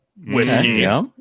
whiskey